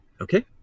Okay